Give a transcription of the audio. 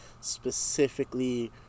specifically